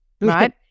right